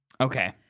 Okay